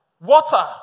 Water